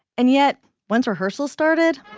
and yet once rehearsals started,